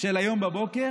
של היום בבוקר,